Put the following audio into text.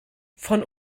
von